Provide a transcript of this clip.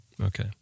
Okay